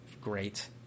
great